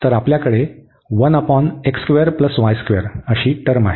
तर आपल्याकडे टर्म आहे